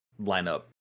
lineup